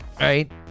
right